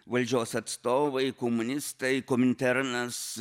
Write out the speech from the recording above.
valdžios atstovai komunistai kominternas